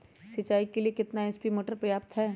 सिंचाई के लिए कितना एच.पी मोटर पर्याप्त है?